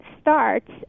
starts